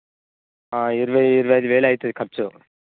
ఇరవై ఇరవై ఐదు వేలు అవుతుంది ఖర్చు